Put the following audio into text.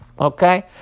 Okay